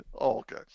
okay